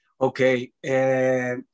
okay